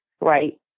right